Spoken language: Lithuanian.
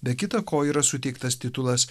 be kita ko yra suteiktas titulas